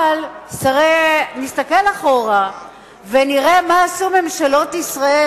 אבל נסתכל אחורה ונראה מה עשו ממשלות ישראל,